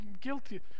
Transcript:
guilty